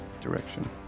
direction